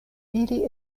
ili